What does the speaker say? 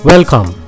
Welcome